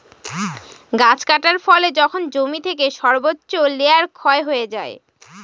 গাছ কাটার ফলে যখন জমি থেকে সর্বোচ্চ লেয়ার ক্ষয় হয়ে যায়